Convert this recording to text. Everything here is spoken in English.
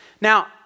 Now